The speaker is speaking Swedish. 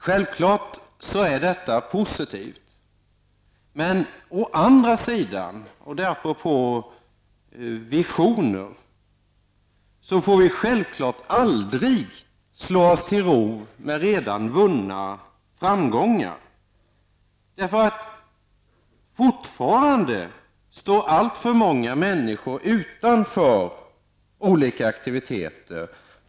Självklart är detta positivt, men vi får aldrig slå oss till ro med redan vunna framgångar -- detta apropå visioner. Fortfarande står alltför många människor utanför olika aktiviteter.